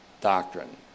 doctrine